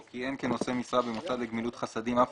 או כיהן כנושא משרה במוסד לגמילות חסדים אף